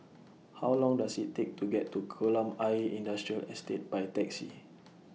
How Long Does IT Take to get to Kolam Ayer Industrial Estate By Taxi